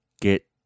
get